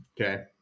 Okay